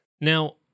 Now